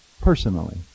personally